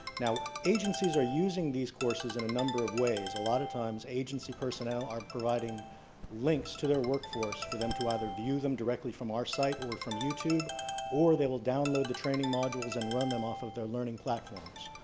now, agencies are using these courses in a number of ways. ways. a lot of time agency personnel are providing links to their workforce for them to either view them directly from our site or from youtube or they will download the training modules and run them off of their learning platforms.